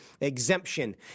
exemption